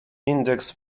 index